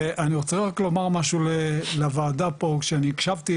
ואני רוצה רק לומר משהו לוועדה פה, כשאני הקשבתי,